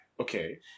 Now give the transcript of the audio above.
Okay